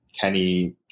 Kenny